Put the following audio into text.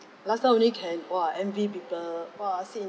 last time only can !wah! envy people !wah! sit in